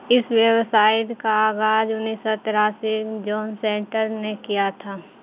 اس ویوسائڈ کا آغاز انیس سو تراسی جان سینٹر نے کیا تھا